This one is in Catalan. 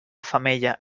femella